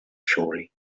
soli